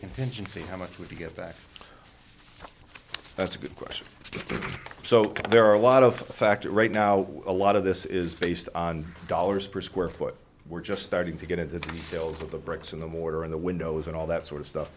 contingency how much would you get back that's a good question so there are a lot of factors right now a lot of this is based on dollars per square foot we're just starting to get it filled with the bricks in the mortar and the windows and all that sort of stuff